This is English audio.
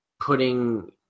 putting